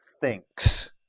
thinks